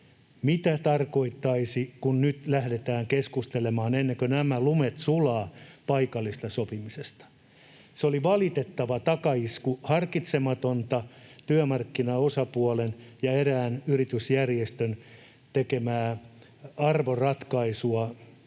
mitä tarkoittaisi, kun nyt — ennen kuin nämä lumet sulavat — lähdetään keskustelemaan paikallisesta sopimisesta. Se oli valitettava takaisku, harkitsematon työmarkkinaosapuolen ja erään yritysjärjestön tekemä arvoratkaisu: